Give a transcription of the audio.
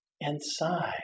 inside